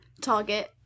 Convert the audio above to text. Target